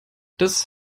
das